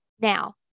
now